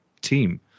team